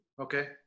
Okay